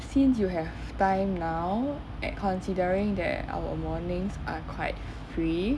since you have time now at considering that our mornings are quite free